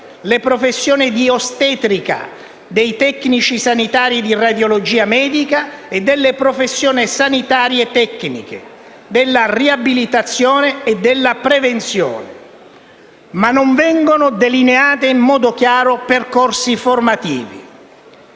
le professioni di ostetrica, dei tecnici sanitari di radiologia medica e delle professioni sanitarie tecniche, della riabilitazione e della prevenzione, ma non vengono delineati in modo chiaro percorsi formativi.